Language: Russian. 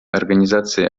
организации